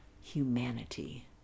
humanity